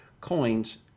coins